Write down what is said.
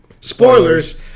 spoilers